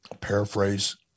paraphrase